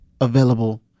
available